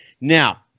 Now